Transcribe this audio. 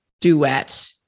duet